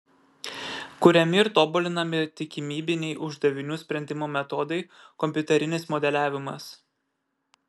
kuriami ir tobulinami tikimybiniai uždavinių sprendimo metodai kompiuterinis modeliavimas